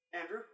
Andrew